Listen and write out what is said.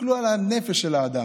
תסתכלו על הנפש של האדם.